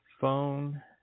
phone